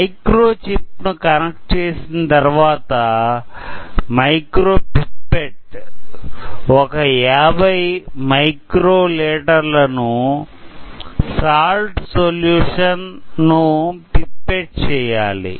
microchip ను connect చేసిన తరువాత మైక్రోపిప్పెట్ ఒక 50 మైక్రోలీటర్ ల సాల్ట్ సొల్యూషన్ ను పిప్పెట్ చెయ్యాలి